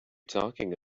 talking